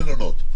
מלונות.